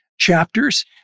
chapters